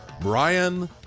Brian